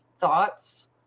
thoughts